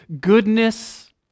goodness